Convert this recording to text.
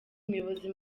umuyobozi